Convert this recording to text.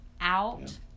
out